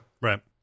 Right